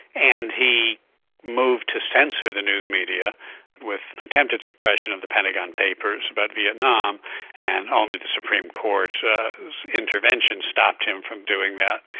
and he moved to censor the news media with attempted suppression of the pentagon papers about vietnam and only the supreme court's intervention stopped him from doing that.